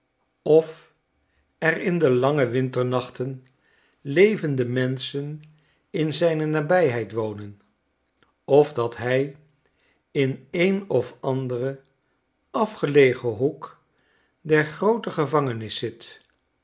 of er in de lange winternachten levende menschen in zijne nabijheid wonen of dat hij in een of anderen afgelegen hoek der groote gevangenis zit